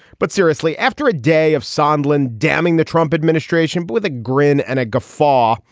but seriously, after a day of sandlin damning the trump administration but with a grin and a guffaw.